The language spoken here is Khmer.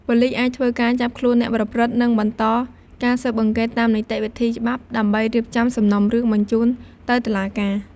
ប៉ូលិសអាចធ្វើការចាប់ខ្លួនអ្នកប្រព្រឹត្ត និងបន្តការស៊ើបអង្កេតតាមនីតិវិធីច្បាប់ ដើម្បីរៀបចំសំណុំរឿងបញ្ជូនទៅតុលាការ។